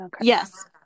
Yes